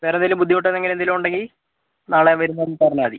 വേറെ എന്തേലും ബുദ്ധിമുട്ട് അങ്ങനെ എന്തേലും ഉണ്ടെങ്കിൽ നാളെ വരുമ്പോൾ ഒന്ന് പറഞ്ഞാൽ മതി